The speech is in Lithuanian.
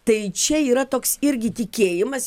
tai čia yra toks irgi tikėjimas